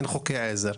אין חוקי עזר.